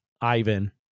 Ivan